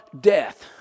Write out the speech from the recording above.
death